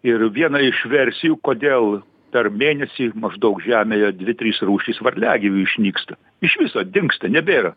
ir viena iš versijų kodėl per mėnesį maždaug žemėje dvi trys rūšys varliagyvių išnyksta iš viso dingsta nebėra